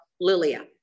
Lilia